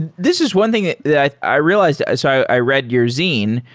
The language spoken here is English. and this is one thing that i i realized. i so i read your zine.